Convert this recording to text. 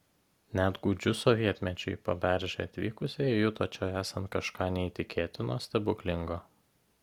net gūdžiu sovietmečiu į paberžę atvykusieji juto čia esant kažką neįtikėtino stebuklingo